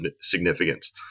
significance